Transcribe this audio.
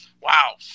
Wow